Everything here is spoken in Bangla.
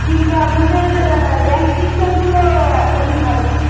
কিন্তু আপনাদের ব্যাংক সিস্টেমগুলো একদমই ভালো নয়